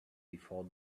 before